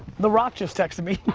the rock just texted me.